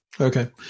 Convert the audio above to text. Okay